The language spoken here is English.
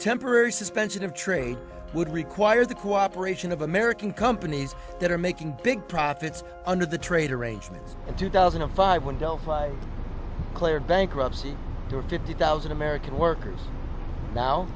temporary suspension of trade would require the cooperation of american companies that are making big profits under the trade arrangements of two thousand and five when delphi cleared bankruptcy to fifty thousand american workers now